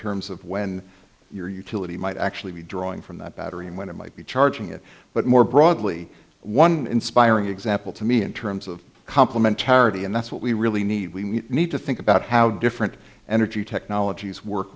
terms of when your utility might actually be drawing from that battery and when it might be charging it but more broadly one inspiring example to me in terms of complementarity and that's what we really need we need to think about how different energy technologies work